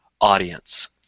audience